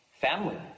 Family